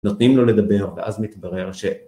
נותנים לו לדבר ואז מתברר ש...